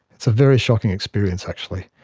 it's a very shocking experience actually.